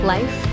Life